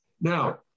Now